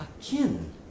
akin